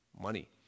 money